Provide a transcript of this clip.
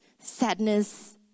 sadness